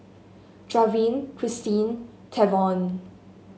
Draven Christeen Tavon